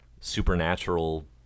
supernatural